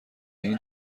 این